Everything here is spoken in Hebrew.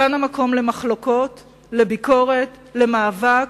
כאן המקום למחלוקות, לביקורת, למאבק,